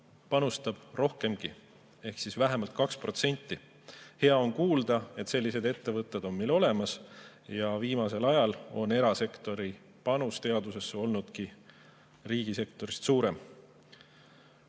panustab rohkemgi ehk vähemalt 2%. Hea on kuulda, et selliseid ettevõtteid on meil olemas ja viimasel ajal on erasektori panus teadusesse olnudki riigisektori omast